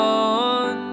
on